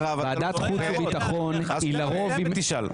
הערה, הערה, אבל אתה --- תחכה ותשאל.